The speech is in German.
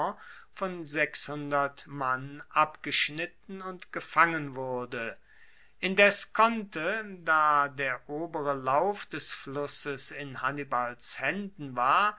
von mann abgeschnitten und gefangen wurde indes konnte da der obere lauf des flusses in hannibals haenden war